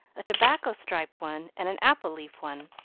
a tobacco-stripe one and an apple-leaf one.